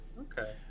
Okay